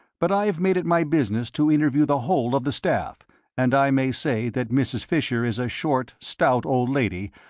but i have made it my business to interview the whole of the staff and i may say that mrs. fisher is a short, stout old lady,